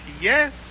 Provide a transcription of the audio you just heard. yes